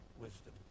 wisdom